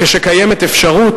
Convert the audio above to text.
וקיימת אפשרות,